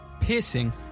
piercing